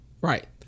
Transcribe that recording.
Right